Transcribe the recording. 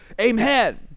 amen